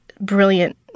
brilliant